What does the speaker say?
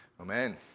Amen